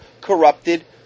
corrupted